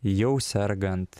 jau sergant